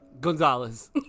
Gonzalez